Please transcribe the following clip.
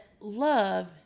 love